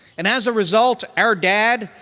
and as a result, our dad,